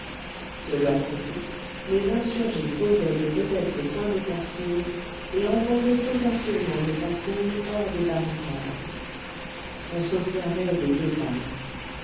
de leur côté les insurgés posaient des vedettes au coin des carrefours et envoyaient audacieusement des patrouilles hors des barricades on s'observait des deux parts